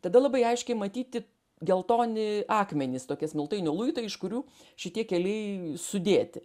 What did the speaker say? tada labai aiškiai matyti geltoni akmenys tokie smiltainio luitai iš kurių šitie keliai sudėti